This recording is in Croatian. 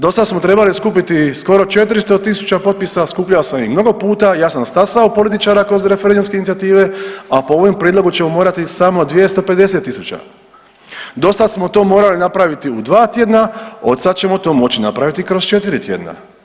Dosada smo trebali skupiti skoro 400.000 potpisa, skupljao sam ih mnogo puta, ja sam stasao političar kroz referendumske inicijative, a po ovom prijedlogu ćemo morati samo 250.000. dosada smo to morali napraviti u dva tjedna, od sada ćemo to moći napraviti kroz 4 tjedna.